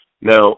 Now